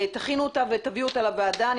תכינו אותה ותביאו אותה לוועדה ואני